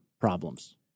problems